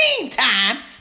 Meantime